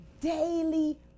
daily